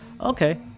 okay